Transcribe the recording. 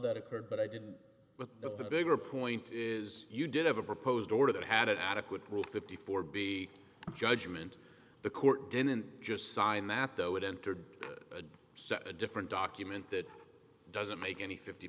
that occurred but i did but the bigger point is you did have a proposed order that had an adequate rule fifty four b judgment the court didn't just sign that though it entered a set a different document that doesn't make any fifty